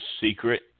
secret